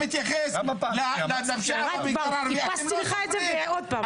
ככה אתה מתייחס לאדם שהתפרע והרג ערבי.